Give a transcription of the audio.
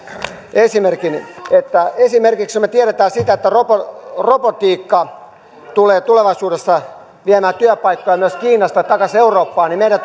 esimerkin esimerkiksi jos me tiedämme että robotiikka robotiikka tulee tulevaisuudessa viemään työpaikkoja myös kiinasta takaisin eurooppaan niin meidän